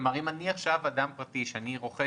אם אני כאדם פרטי נכנס